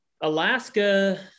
Alaska